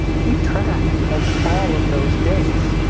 keep track of all of those dates.